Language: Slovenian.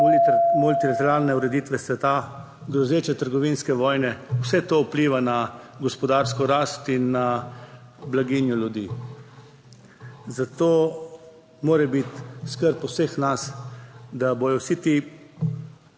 multilateralne ureditve sveta, grozeče trgovinske vojne. Vse to vpliva na gospodarsko rast in na blaginjo ljudi, zato mora biti skrb vseh nas, da bodo vsi ti